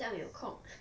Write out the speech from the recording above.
这样有空